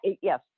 yes